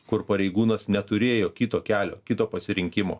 kur pareigūnas neturėjo kito kelio kito pasirinkimo